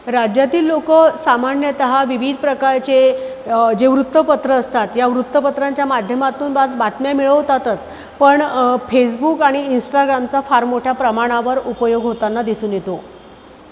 राज्यातील लोक सामान्यतः विविध प्रकारचे जे वृत्तपत्र असतात या वृत्तपत्रांच्या माध्यमातून बातम्या मिळवतातच पण फेसबुक आणि इंस्टाग्रामचा फार मोठ्या प्रमाणावर उपयोग होताना दिसून येतो